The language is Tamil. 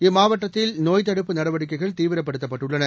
இம்மாவட்டத்தில் நோய்த்தடுப்பு நடவடிக்கைகள் தீவிரப்படுத்தப்பட்டுள்ளன